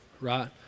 right